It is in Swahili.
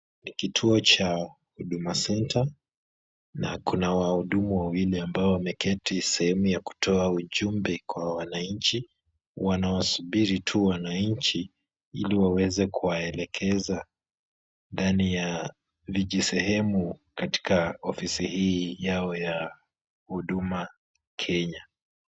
Ni kituo cha huduma centre, na kuna wahudumu wawili ambao wameketi sehemu ya kutoa ujumbe Kwa wananchi. Wanawasubiri tu wananchi ili waweze kuwaelekeza ndani ya vijisehemu katika ofisi hii yao ya huduma Kenya.